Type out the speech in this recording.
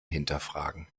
hinterfragen